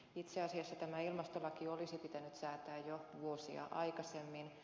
itse asiassa tämä ilmastolaki olisi pitänyt säätää jo vuosia aikaisemmin